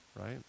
right